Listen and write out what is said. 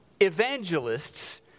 evangelists